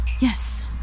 Yes